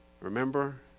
Remember